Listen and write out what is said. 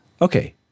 Okay